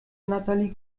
natalie